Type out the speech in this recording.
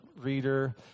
reader